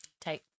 take